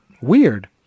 weird